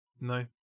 No